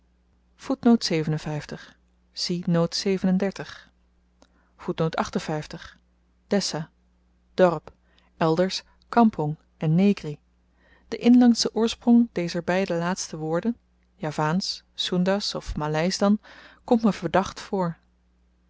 dessah dorp elders kampong en negrie de inlandsche oorsprong dezer beide laatste woorden javaansch soendasch of maleisch dan komt me verdacht voor